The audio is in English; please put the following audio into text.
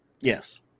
Yes